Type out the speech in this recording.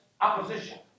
opposition